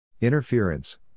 Interference